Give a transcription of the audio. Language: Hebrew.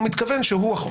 הוא מתכוון שהוא החוק.